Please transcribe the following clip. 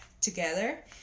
together